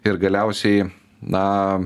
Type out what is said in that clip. ir galiausiai na